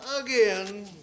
again